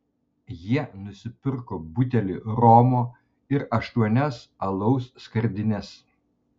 jie nusipirko butelį romo ir aštuonias alaus skardines